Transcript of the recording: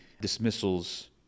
dismissals